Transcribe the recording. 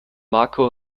marco